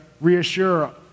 reassure